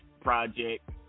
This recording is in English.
project